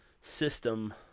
system